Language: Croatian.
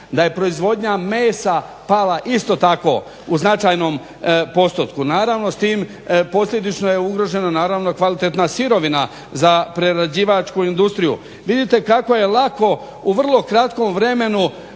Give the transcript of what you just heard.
da je proizvodnja mesa pala isto tako u značajnom postotku. Naravno s tim posljedično je ugroženo naravno kvalitetna sirovina za prerađivačku industriju. Vidite kako je lako u vrlo kratkom vremenu